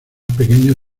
pequeños